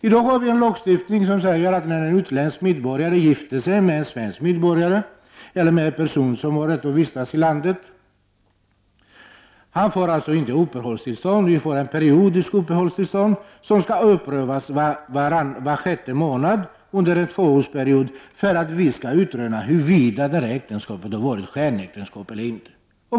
I dag finns det en lagstiftning som säger att när en utländsk medborgare gifter sig med en svensk medborgare eller med en person som har rätt att vistas i landet, får denna person inte uppehållstillstånd utan ett s.k. periodiskt uppehållstillstånd som omprövas var sjätte månad under en tvåårsperiod. Detta är för att det skall gå att utröna huruvida äktenskapet är ett skenäktenskap eller inte.